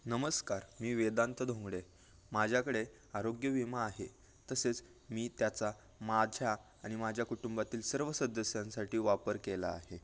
नमस्कार मी वेदांत धोंगडे माझ्याकडे आरोग्यविमा आहे तसेच मी त्याचा माझ्या आणि माझ्या कुटुंबातील सर्व सदस्यांसाठी वापर केला आहे